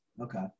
Okay